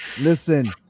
listen